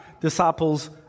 disciples